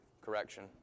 Correction